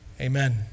Amen